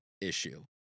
issue